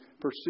pursue